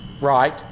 Right